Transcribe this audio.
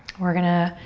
we're gonna